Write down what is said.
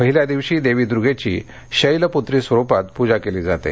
पहिल्या दिवशी देवी दुर्गेची शैलपुत्री स्वरुपात पूजा केली जाते